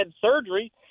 surgery